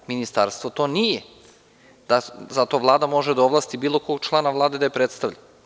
Ministarstvo to nije i zato Vlada može da ovlasti bilo kog člana Vlade da je predstavlja.